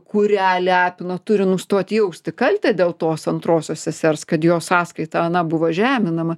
kurią lepino turi nustoti jausti kaltę dėl tos antrosios sesers kad jos sąskaita ana buvo žeminama